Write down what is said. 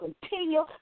continue